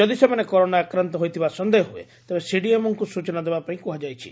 ଯଦି ସେମାନେ କରୋନା ଆକ୍ରାନ୍ତ ହୋଇଥିବା ସନ୍ଦେହ ହୁଏ ତେବେ ସିଡିଏମ୍ଓଙ୍କୁ ସୂଚନା ଦେବା ପାଇଁ କୁହାଯାଇଛି